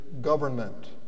government